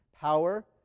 power